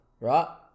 right